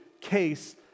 case